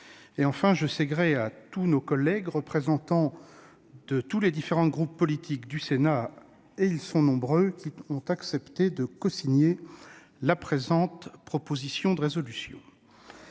Enfin, je sais gré à tous nos collègues représentant les différents groupes politiques du Sénat- ils sont nombreux -, qui ont accepté de cosigner la présente proposition de résolution.